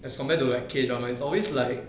as compared to other K drama is always like